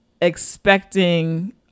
expecting